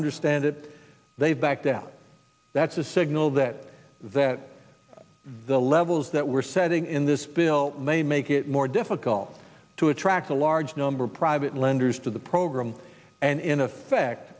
understand it they backed out that's a signal that that the levels that we're setting in this bill may make it more difficult to attract a large number of private lenders to the program and in effect